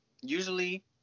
usually